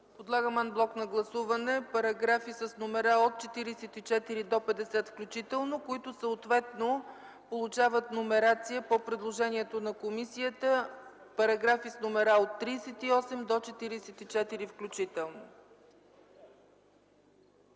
Подлагам ан блок на гласуване параграфи с номера от 44 до 50 включително, които съответно получават номерация по предложението на комисията параграфи от 38 до 44 включително.